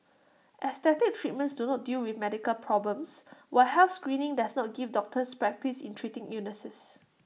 aesthetic treatments do not deal with medical problems while health screening does not give doctors practice in treating illnesses